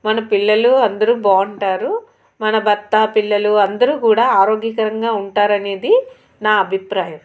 మన పిల్లలు అందరూ బాగుంటారు మన భర్త పిల్లలు అందరూ కూడా ఆరోగ్యకరంగా ఉంటారనేది నా అభిప్రాయం